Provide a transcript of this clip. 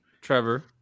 Trevor